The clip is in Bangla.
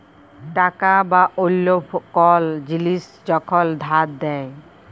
টাকা বা অল্য কল জিলিস যখল ধার দেয়